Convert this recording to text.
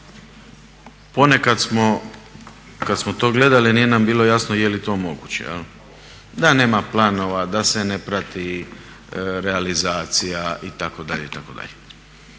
ponekad smo kad smo to gledali nije nam bilo jasno je li to moguće. Da nema planova, da se ne prati realizacija itd.,